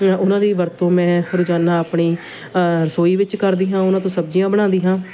ਉਹਨਾਂ ਦੀ ਵਰਤੋਂ ਮੈਂ ਰੋਜ਼ਾਨਾ ਆਪਣੀ ਰਸੋਈ ਵਿੱਚ ਕਰਦੀ ਹਾਂ ਉਹਨਾਂ ਤੋਂ ਸਬਜ਼ੀਆਂ ਬਣਾਉਂਦੀ ਹਾਂ